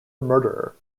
murderer